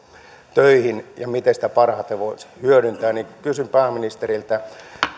töihin ja miten sitä parhaiten voisi hyödyntää niin kysyn pääministeriltä